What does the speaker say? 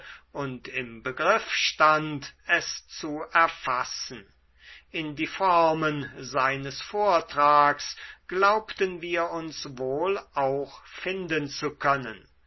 und im begriff stand es zu erfassen in die formen seines vortrags glaubten wir uns wohl auch finden zu können